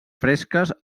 fresques